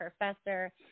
professor